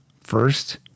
first